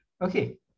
Okay